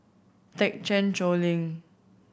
Thekchen Choling